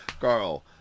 Carl